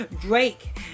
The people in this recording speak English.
Drake